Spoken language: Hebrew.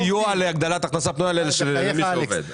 עידוד תעסוקה בשכר נמוך וסיוע להגדלת הכנסה פנויה למי שעובד.